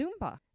Zumba